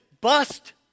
bust